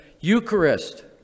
Eucharist